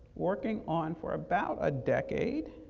working on for about a decade,